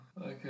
Okay